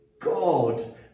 God